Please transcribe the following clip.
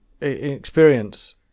experience